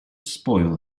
spoil